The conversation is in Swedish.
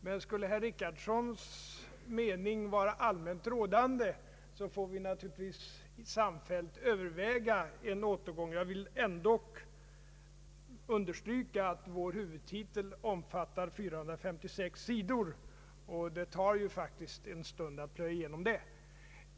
Men skulle herr Richardsons mening vara allmänt rådande, får vi naturligtvis samfällt överväga en ändring. Jag vill dock understryka att vår huvudtitel omfattar 456 sidor, och det tar faktiskt en stund att plöja igenom dem.